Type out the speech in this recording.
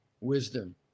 Wisdom